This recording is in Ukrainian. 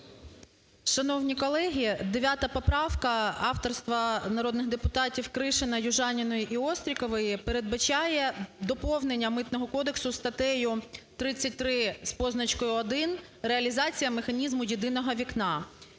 Шановні колеги, 9 поправка авторства народних депутатів Кришина, Южаніної і Острікової передбачає доповнення Митного кодексу статтею 33 з позначкою 1 "Реалізація механізму "єдиного вікна".